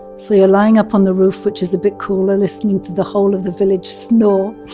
so you're lying up on the roof which is a bit cooler, listening to the whole of the village snore.